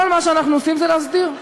כל מה שאנחנו עושים זה להסדיר.